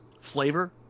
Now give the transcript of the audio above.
flavor